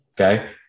Okay